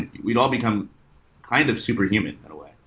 and we'd all become kind of superhuman in a way.